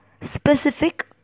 specific